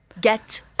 get